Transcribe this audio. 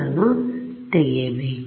ಅನ್ನು ತೆಗೆಯಬೇಕು